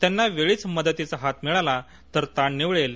त्यांना वेळीच मदतीचा हात मिळाला तर ताण निवळेल